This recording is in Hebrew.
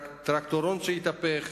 טרקטורון שהתהפך,